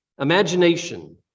imagination